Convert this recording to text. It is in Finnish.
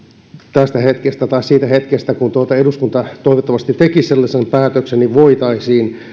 tästä hetkestä tai siitä hetkestä kun eduskunta toivottavasti tekisi sellaisen päätöksen voitaisiin